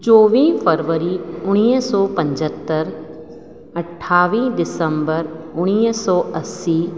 चोवीह फ़रवरी उणिवीह सौ पंजहतरि अठावीह दिसम्बर उणिवीह सौ असी